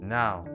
now